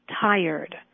tired